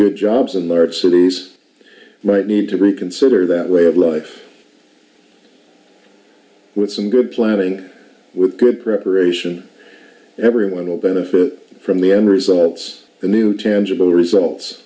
good jobs and large cities might need to reconsider that way of life with some good planning and with good preparation everyone will benefit from the end results the new tangible results